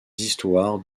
histoires